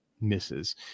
misses